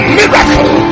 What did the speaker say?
miracle